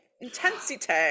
intensity